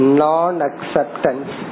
non-acceptance